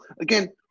again